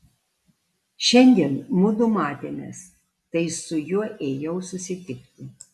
šiandien mudu matėmės tai su juo ėjau susitikti